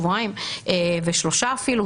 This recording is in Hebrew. שבועיים ושלושה אפילו,